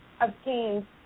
obtained